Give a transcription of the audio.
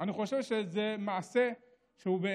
אני חושב שזה מעשה שפוגע,